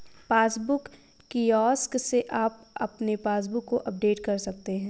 passbook kiosk से आप अपने पासबुक को अपडेट कर सकते हैं